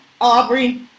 Aubrey